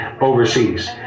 overseas